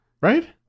right